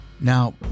Now